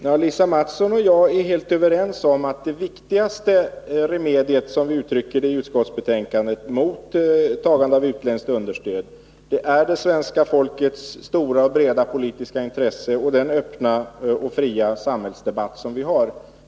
Herr talman! Lisa Mattson och jag är helt överens om att det viktigaste remediet, som vi uttrycker det i utskottsbetänkandet, mot tagande av utländskt understöd är det svenska folkets stora och breda politiska intresse och den öppna och fria samhällsdebatt som vi har.